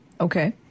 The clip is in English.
Okay